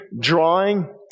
drawing